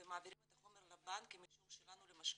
ומעבירים את החומר לבנק עם אישור שלנו למשכנתא.